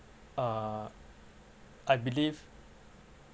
uh I believe